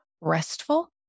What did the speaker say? restful